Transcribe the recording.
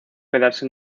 quedarse